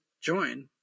join